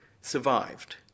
survived